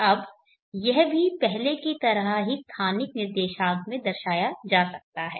अब यह भी पहले की तरह ही स्थानिक निर्देशांक में दर्शाया जा सकता है